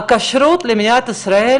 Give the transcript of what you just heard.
הכשרות במדינת ישראל